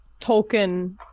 tolkien